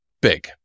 big